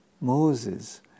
Moses